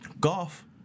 golf